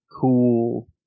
cool